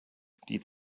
die